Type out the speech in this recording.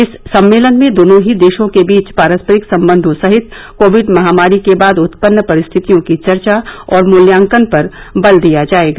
इस सम्मेलन में दोनों ही देशों के बीच पारस्परिक संबंधों सहित कोविड महामारी के बाद उत्पन्न परिस्थितियों की चर्चा और मुल्यांकन पर बल दिया जायेगा